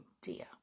dear